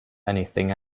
anything